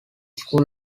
school